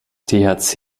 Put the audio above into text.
thc